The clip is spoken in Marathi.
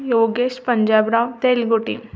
योगेश पंजाबराव तेलगोटी